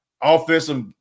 offensive